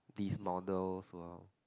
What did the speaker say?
these models will